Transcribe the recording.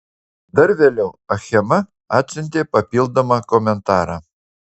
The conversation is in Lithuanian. dar vėliau achema atsiuntė papildomą komentarą